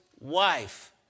wife